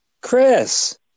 Chris